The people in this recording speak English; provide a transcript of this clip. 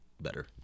better